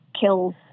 kills